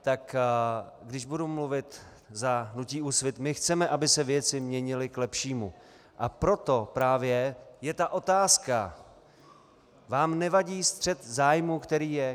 Tak když budu mluvit za hnutí Úsvit, my chceme, aby se věci měnily k lepšímu, a proto právě je ta otázka vám nevadí střet zájmů, který je?